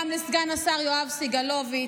גם לסגן השר יואב סגלוביץ',